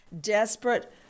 desperate